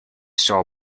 saw